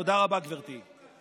תודה רבה, גברתי.